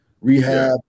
Rehab